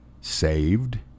saved